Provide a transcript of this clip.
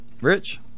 Rich